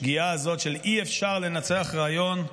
השגיאה הזאת, שאי-אפשר לנצח רעיון,